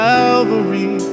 Calvary